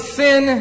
sin